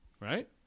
Right